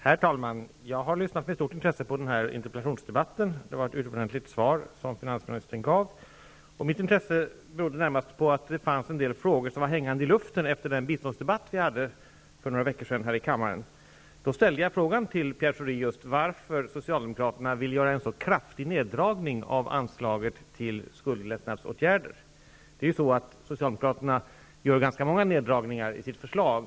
Herr talman! Jag har med stort intresse lyssnat på denna interpellationsdebatt. Det var ett utomordentligt svar som finansministern gav. Mitt intresse beror närmast på att det fanns en del frågor hängande i luften efter den biståndsdebatt vi hade här i kammaren för några veckor sedan. Jag ställde då frågan till Pierre Schori om varför Socialdemokraterna vill göra en så kraftig neddragning av anslaget till skuldlättnadsåtgärder. Socialdemokraterna föreslår ganska många neddragningar i sitt förslag.